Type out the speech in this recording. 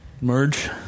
Merge